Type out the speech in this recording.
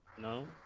No